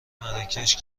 مراکش